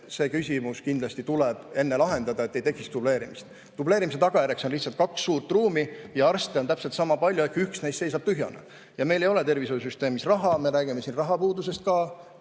see küsimus tuleb kindlasti enne lahendada, et ei tekiks dubleerimist. Dubleerimise tagajärjeks on lihtsalt kaks suurt ruumi – ja arste on täpselt sama palju –, aga üks neist seisab tühjana. Aga meil ei ole tervishoiusüsteemis raha – me räägime siin rahapuudusest ka